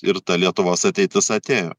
ir ta lietuvos ateitis atėjo